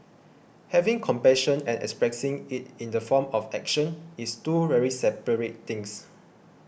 having compassion and expressing it in the form of action is two very separate things